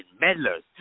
meddlers